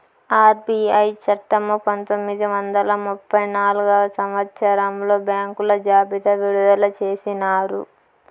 RBI చట్టము పంతొమ్మిది వందల ముప్పై నాల్గవ సంవచ్చరంలో బ్యాంకుల జాబితా విడుదల చేసినారు